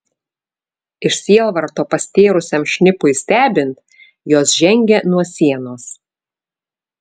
iš sielvarto pastėrusiam šnipui stebint jos žengė nuo sienos